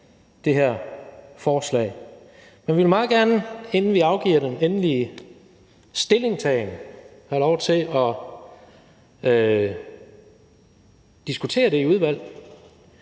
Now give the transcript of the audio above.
det her forslag, men vi vil meget gerne, inden vi afgiver den endelige stillingtagen, have lov til at diskutere det i udvalget